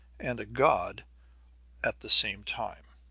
and a god at the same time,